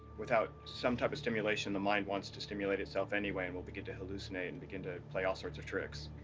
without some type of stimulation, the mind wants to stimulate itself anyway and will begin to hallucinate and begin to play all sorts of tricks.